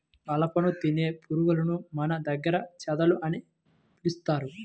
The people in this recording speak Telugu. కలపను తినే పురుగులను మన దగ్గర చెదలు అని పిలుస్తారు